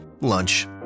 lunch